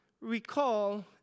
recall